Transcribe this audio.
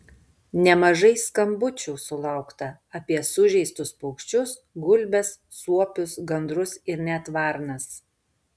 nemažai skambučių sulaukta apie sužeistus paukščius gulbes suopius gandrus ir net varnas